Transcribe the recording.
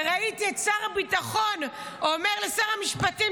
וראיתי את שר הביטחון אומר לשר המשפטים,